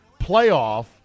playoff